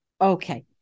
okay